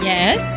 Yes